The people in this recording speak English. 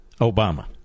Obama